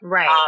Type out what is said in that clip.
Right